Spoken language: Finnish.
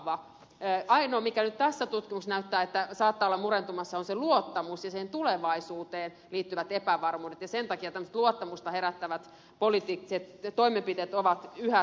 ainoa mikä nyt tässä tutkimuksessa näyttää siltä saattaa olla murentumassa on se luottamus ja sen tulevaisuuteen liittyvät epävarmuudet ja sen takia tämmöiset luottamusta herättävät poliittiset toimenpiteet ovat yhä tärkeämpiä